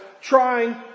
trying